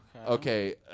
Okay